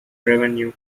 revenue